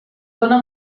dóna